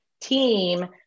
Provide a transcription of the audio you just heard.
team